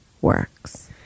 works